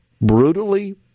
brutally